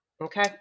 Okay